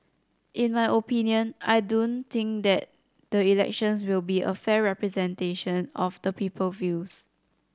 in my opinion I don't think that the elections will be a fair representation of the people views